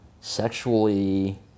sexually